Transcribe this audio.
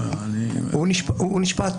הוא נשפט,